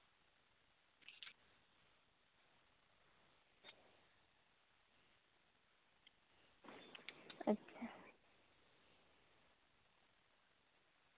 ᱟᱪᱪᱷᱟ